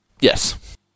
Yes